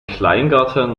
kleingarten